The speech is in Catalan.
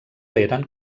eren